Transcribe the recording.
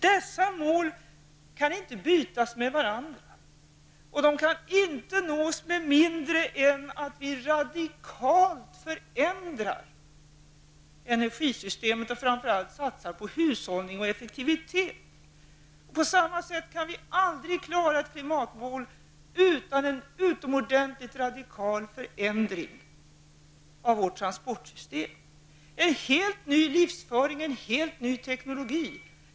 Dessa mål kan inte bytas med varandra, och de kan inte uppnås med mindre än att vi radikalt förändrar energisystemet och satsar på framför allt hushållning och effektivitet. På samma sätt kan vi aldrig uppnå klimatmål utan en utomordentligt radikal förändring av vårt transportsystem. Det krävs en helt ny livsföring och en helt ny teknologi.